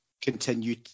continue